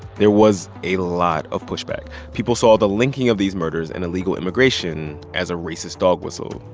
there was a lot of pushback. people saw the linking of these murders and illegal immigration as a racist dog whistle,